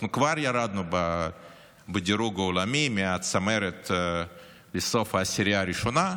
אנחנו כבר ירדנו בדירוג העולמי מהצמרת לסוף העשירייה הראשונה,